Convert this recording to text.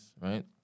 right